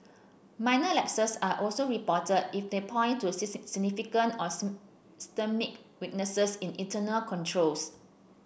minor lapses are also reported if they point to significant or systemic weaknesses in internal controls